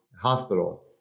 hospital